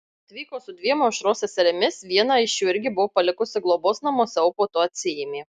atvyko su dviem aušros seserimis vieną iš jų irgi buvo palikusi globos namuose o po to atsiėmė